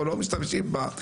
או שלא משתמשים בה.